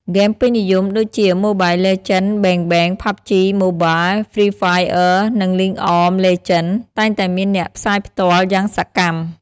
ហ្គេមពេញនិយមដូចជា ម៉ូបាលលីជែន បេងបេង ផាប់ជី ម៉ូបាល ហ្វ្រីហ្វាយអឺនិង លីគអប លីជែន តែងតែមានអ្នកផ្សាយផ្ទាល់យ៉ាងសកម្ម។